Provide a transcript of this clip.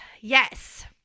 Yes